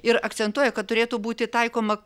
ir akcentuoja kad turėtų būti taikoma